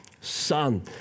son